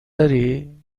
داری